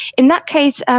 in that case ah